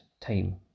time